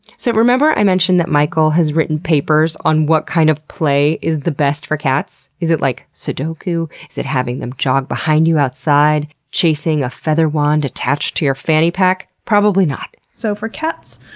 so remember i mentioned that mikel has written papers on what kind of play is the best for cats? is it like, sudoku? is it having them jog behind you outside, chasing with a feather wand attached to your fanny pack? probably not. so for cats,